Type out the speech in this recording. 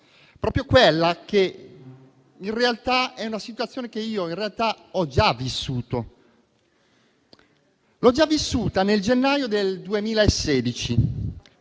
proprio quella che è una situazione che io in realtà ho già vissuto. L'ho già vissuta nel gennaio del 2016,